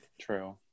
True